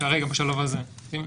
בשלב הזה.